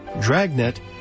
Dragnet